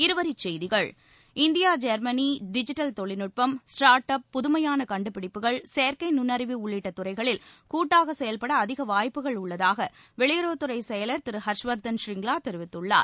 இருவரிச்செய்திகள் India Germany digital தொழில்நுட்பம் start up புதுமையான கண்டுபிடிப்புகள் செயற்கை நுண்ணறிவு உள்ளிட்ட துறைகளில் கூட்டாக செயல்பட அதிக வாய்ப்புகள் உள்ளதாக வெளியுறவுத்துறை செயலர் திரு ஹர்ஷவர்தன் ஷ்ரிங்லா தெரிவித்துள்ளார்